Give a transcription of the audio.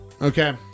Okay